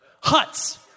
Huts